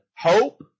hope